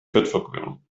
fettverbrennung